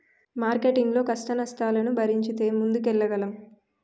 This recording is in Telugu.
మార్కెటింగ్ లో కష్టనష్టాలను భరించితే ముందుకెళ్లగలం